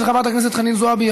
של חברת הכנסת חנין זועבי,